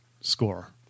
score